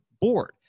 board